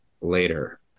later